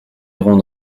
iront